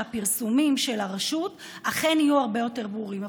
שהפרסומים של הרשות אכן יהיו הרבה יותר ברורים.